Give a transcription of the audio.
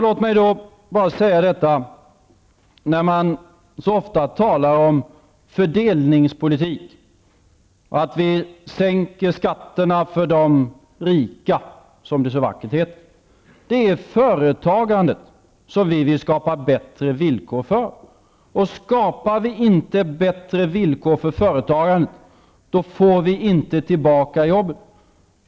Låt mig då bara säga detta: Man talar så ofta om fördelningspolitik och säger att vi sänker skatterna för de rika, som det så vackert heter. Det är företagandet som vi vill skapa bättre villkor för. Skapar vi inte bättre villkor för företagandet får vi inte tillbaka jobben.